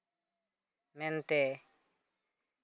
ᱢᱮᱱᱛᱮ